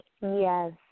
Yes